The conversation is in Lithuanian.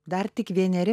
dar tik vieneri